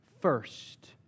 first